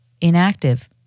inactive